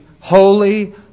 holy